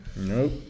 Nope